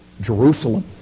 Jerusalem